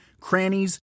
crannies